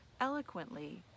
eloquently